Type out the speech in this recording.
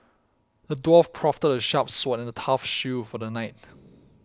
the dwarf crafted a sharp sword and a tough shield for the knight